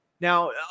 Now